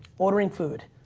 ordering food,